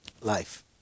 life